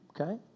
Okay